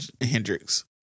hendrix